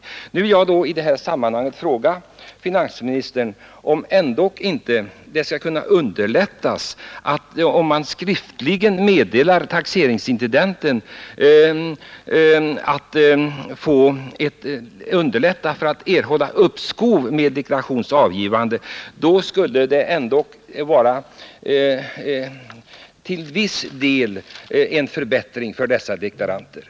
Jag vill i detta sammanhang fråga finansministern om inte en skriftlig framställning om uppskov med deklarationens avgivande i varje fall skulle kunna behandlas generöst.